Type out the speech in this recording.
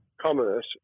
commerce